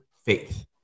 Faith